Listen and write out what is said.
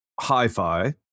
hi-fi